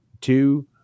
two